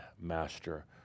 master